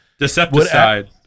Decepticide